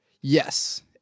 yes